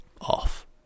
off